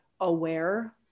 aware